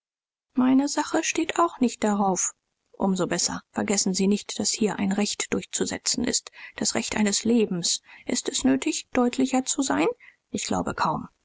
meine sache steht auch nicht darauf um so besser vergessen sie nicht daß hier ein recht durchzusetzen ist das recht eines lebens ist es nötig deutlicher zu sein ich glaube kaum